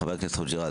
חבר הכנסת חוג'יראת,